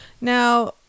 Now